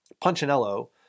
Punchinello